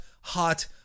hot